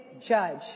judge